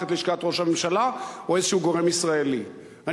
את לשכת ראש הממשלה או גורם ישראלי כלשהו.